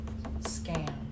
scam